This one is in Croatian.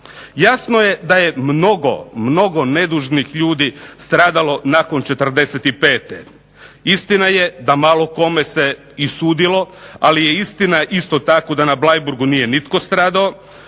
Jasno da je mnogo, mnogo nedužnih ljudi stradalo nakon '45., istina je da malo kome se i sudilo, ali je istina isto tako da na Bleiburgu nije nitko stradao